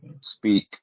Speak